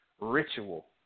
ritual